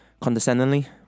Condescendingly